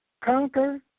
conquer